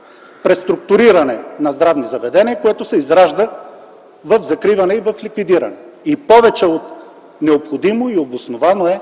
- преструктуриране на здравни заведения, което се изражда в закриване и в ликвидиране. Повече от необходимо и обосновано е